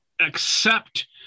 accept